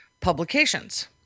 publications